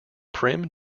prim